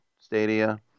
stadia